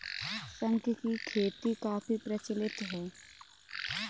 शंख की खेती काफी प्रचलित है